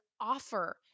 offer